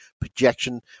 projection